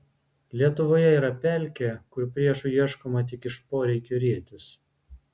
lietuvoje yra pelkė kur priešų ieškoma tik iš poreikio rietis